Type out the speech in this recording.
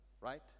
right